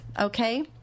Okay